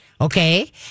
Okay